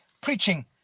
preaching